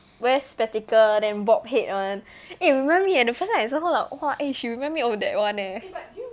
wear spectacle then bob head one eh remind me eh the first time I saw her like !wah! eh she remind me of that one leh